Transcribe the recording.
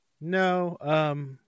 No